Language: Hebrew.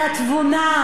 על מי את כן